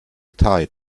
tied